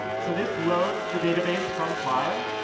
so this loads the database from file,